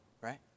right